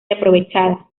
aprovechada